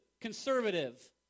Conservative